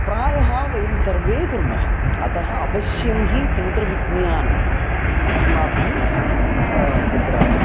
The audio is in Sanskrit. प्रायः वयं सर्वे कुर्मः अतः अवश्यं हि तन्त्रविज्ञानम् अस्माभिः तत्र